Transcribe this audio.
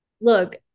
Look